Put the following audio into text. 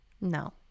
no